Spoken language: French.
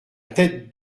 tête